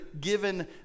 given